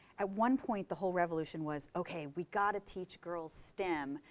at one point, the whole revolution was, ok, we've got to teach girls stem,